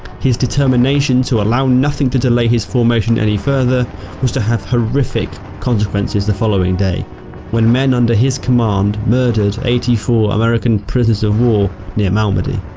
his determination to allow nothing to delay his formation any further was to have horrific consequences the following day when men under his command murdered eighty four american prisoners of war near malmedy.